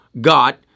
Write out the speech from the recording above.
got